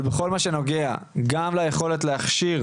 בכל מה שנוגע גם ליכולת להכשיר